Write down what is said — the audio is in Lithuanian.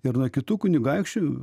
ir nuo kitų kunigaikščių